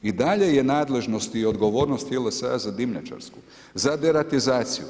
I dalje je nadležnost i odgovornost JLS-a za dimnjačarsku, za deratizaciju.